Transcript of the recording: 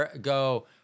go